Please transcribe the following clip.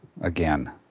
again